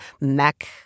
Mac